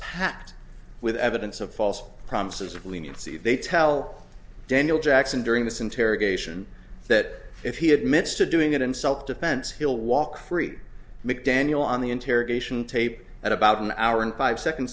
packed with evidence of false promises of leniency they tell daniel jackson during this interrogation that if he admits to doing it in self defense he'll walk free mcdaniel on the interrogation tape at about an hour and five seconds